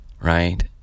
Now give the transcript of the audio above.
right